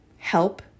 help